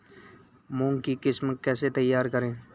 मूंग की किस्म कैसे तैयार करें?